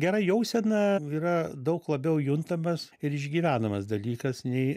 gera jausena yra daug labiau juntamas ir išgyvenamas dalykas nei